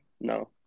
No